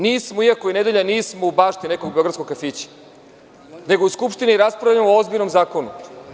Nismo, iako je nedelja, u bašti nekog beogradskog kafića, nego u Skupštini raspravljamo o ozbiljnim zakonima.